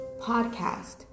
podcast